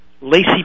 Lacey